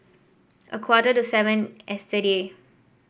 a quarter to seven yesterday